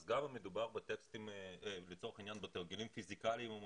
אז גם אם מדובר בתרגילים בפיזיקה או במתמטיקה,